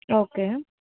okay